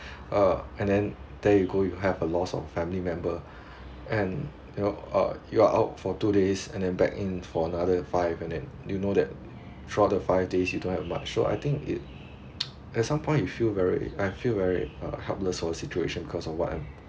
uh and then there you go you have a lost of family member and you know uh you are out for two days and then back in for another five and then you know that throughout the five days you don't have much so I think it at some point you feel very I feel very uh helpless on situation because of what I'm